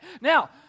Now